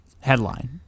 Headline